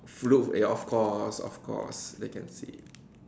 full of ya of course of course then can see